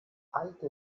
alte